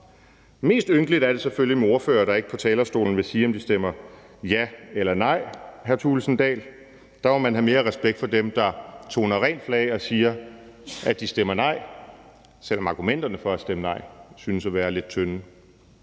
Mest ynkeligt er det selvfølgelig med ordførere, der ikke på talerstolen vil sige, om de stemmer ja eller nej, hr. Jens Henrik Thulesen Dahl. Der må man have mere respekt for dem, der toner rent flag og siger, at de stemmer nej, selv om argumenterne for at stemme nej synes at være lidt tynde.